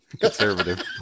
Conservative